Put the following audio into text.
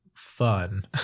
fun